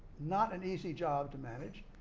not an easy job to manage,